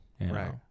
Right